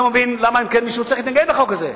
אני לא מבין למה מישהו צריך להתנגד לחוק הזה.